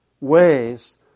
ways